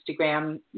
Instagram